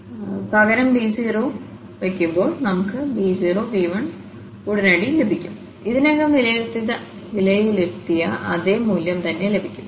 അതിനാൽ b0 പകരം വയ്ക്കുമ്പോൾ നമുക്ക് b0 b1 ഉടനടി ലഭിക്കും ഇതിനകം വിലയിരുത്തിയ അതേ മൂല്യം തന്നെ ആയിരിക്കും